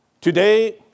Today